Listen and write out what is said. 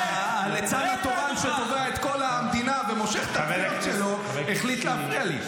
הליצן התורן שתובע את כל המדינה ומושך את התביעות שלו החליט להפריע לי.